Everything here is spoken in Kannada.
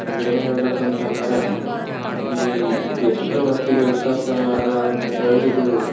ಇದೇನು ಹೇಳ್ಬೇಕು ಅಂತ ಅಂದರೆ ಈ ಎಷ್ಟರ ಮಟ್ಟಿಗೆ ವಿಶ್ವಾಸ ಅರ್ಹ ಅಂತ ಕೇಳಿದ್ರೆ ಇದು